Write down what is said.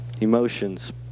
Emotions